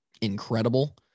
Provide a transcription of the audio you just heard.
incredible